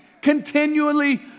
continually